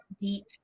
deep